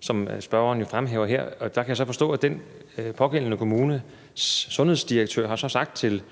som spørgeren jo fremhæver her. Og der kan jeg så forstå, at den pågældende kommunes sundhedsdirektør har sagt til